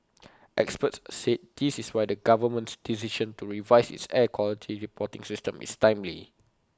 experts said this is why the government's decision to revise its air quality reporting system is timely